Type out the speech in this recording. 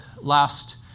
last